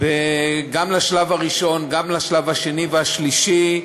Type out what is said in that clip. גם לשלב הראשון, גם לשלב השני והשלישי.